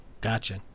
Gotcha